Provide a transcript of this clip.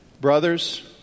Brothers